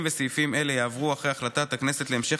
וסעיפים אלה יעברו אחרי החלטת הכנסת להמשך